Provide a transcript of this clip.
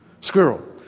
squirrel